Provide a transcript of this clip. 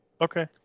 Okay